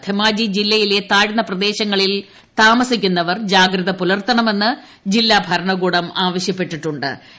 ധെമാജി ജില്ലയിലെ താഴ്ന്ന പ്രദേശങ്ങളിൽ താമസിക്കുന്നവർ ജാഗ്രത പുലർത്തണമെന്ന് ജില്ലാ ഭരണകൂടം ആവശ്യപ്പെട്ടിട്ടു ്